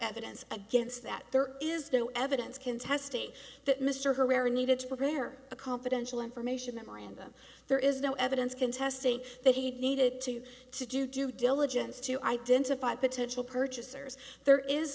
evidence against that there is no evidence contest state that mr herrera needed to prepare a confidential information memorandum there is no evidence contesting that he needed to to do due diligence to identify potential purchasers there is